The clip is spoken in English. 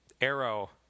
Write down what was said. Arrow